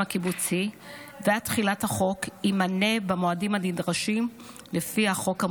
הקיבוצי ועד תחילת החוק יימנה במועדים הנדרשים לפי החוק המוצע.